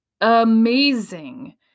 amazing